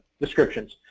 descriptions